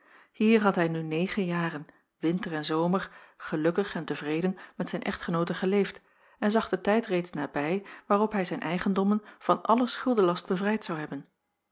hier had hij nu negen jaren winter en zomer gelukkig en tevreden met zijn echtgenoote geleefd en zag den tijd reeds nabij waarop hij zijn eigendommen van allen schuldenlast bevrijd zou hebben